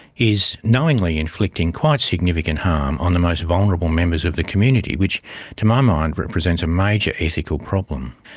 is knowingly inflicting quite significant harm on the most vulnerable members of the community, which to my mind represents a major ethical problem.